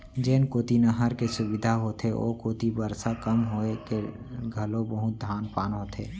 जेन कोती नहर के सुबिधा होथे ओ कोती बरसा कम होए ले घलो बहुते धान पान होथे